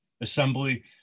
assembly